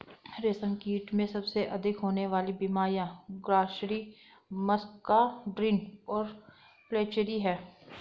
रेशमकीट में सबसे अधिक होने वाली बीमारियां ग्रासरी, मस्कार्डिन और फ्लैचेरी हैं